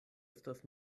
estas